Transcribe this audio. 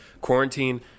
quarantine